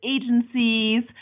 agencies